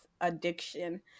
addiction